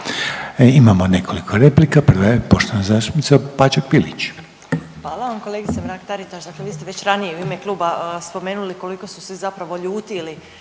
Imamo nekoliko replika. Prva je poštovana zastupnica Opačak Bilić.